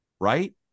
Right